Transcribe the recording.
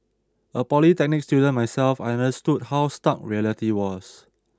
a polytechnic student myself I understood how stark reality was